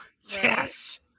Yes